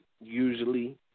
usually